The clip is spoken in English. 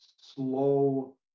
slow